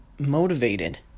motivated